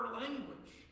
language